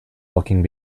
looking